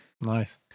Nice